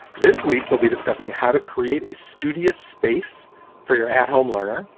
this week, they'll be discussing how to create a studio space for your at home learn.